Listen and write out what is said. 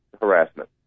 harassment